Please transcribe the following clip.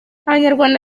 abanyarwanda